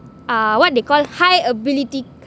uh what they call high ability